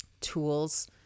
tools